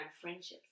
friendships